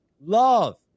love